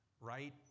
right